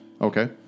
Okay